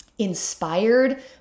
inspired